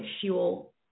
fuel